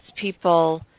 people